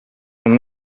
non